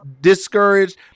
discouraged